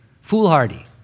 Foolhardy